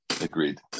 agreed